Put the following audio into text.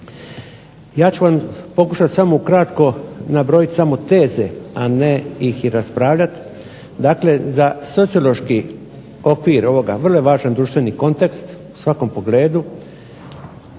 Ja ću vam pokušati samo ukratko nabrojiti samo teze, a ne ih i raspravljati, dakle za sociološki okvir ovoga vrlo je važan društveni kontekst, u svakom pogledu.